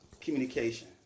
communication